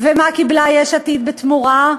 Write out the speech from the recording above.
ומה קיבלה יש עתיד בתמורה?